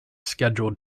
scheduled